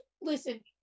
listen